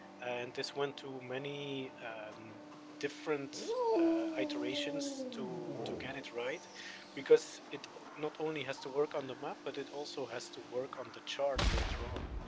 and this went through many different iterations to, to get it right because it not only has to work on the map but it also has to work on the chart later on,